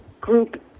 group